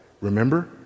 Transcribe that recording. remember